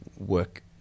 work